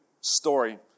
story